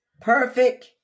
perfect